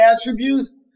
attributes